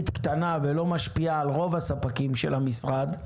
קטנה ולא משפיעה על רוב הספקים של המשרד,